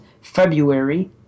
February